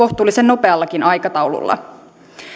kohtuullisen nopeallakin aikataululla